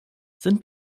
sind